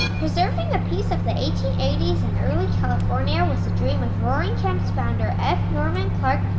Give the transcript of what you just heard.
and preserving a piece of the eighteen eighty s and early california was a dream of roaring camp's founder f. norman clark,